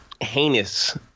heinous